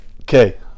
Okay